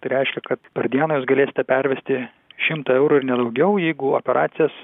tai reiškia kad per dieną jūs galėsite pervesti šimtą eurų ir ne daugiau jeigu operacijas